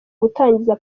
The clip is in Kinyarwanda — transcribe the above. gutangiza